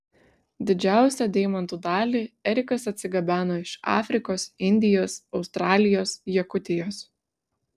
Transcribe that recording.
didžiausią deimantų dalį erikas atsigabeno iš afrikos indijos australijos jakutijos